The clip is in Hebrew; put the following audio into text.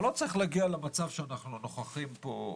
אבל לא צריך להגיע למצב שאנחנו נוכחים פה,